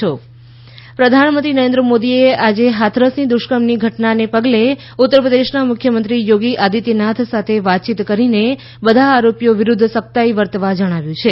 UP Hathras પ્રધાનમંત્રી નરેન્દ્ર મોદીએ આજે હાથરસ દુષ્કર્મની ઘટનાને પગલે ઉત્તર પ્રદેશના મુખ્યમંત્રી યોગી આદિત્યનાથ સાથે વાતચીત કરીને બધા આરોપીઓ વિરુદ્ધ સખ્તાઇ વર્તવા જણાવ્યું છે